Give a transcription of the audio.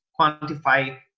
quantify